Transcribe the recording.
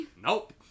Nope